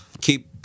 keep